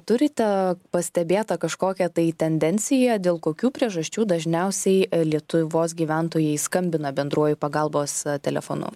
turite pastebėtą kažkokią tai tendenciją dėl kokių priežasčių dažniausiai lietuvos gyventojai skambina bendruoju pagalbos telefonu